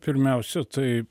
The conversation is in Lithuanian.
pirmiausia tai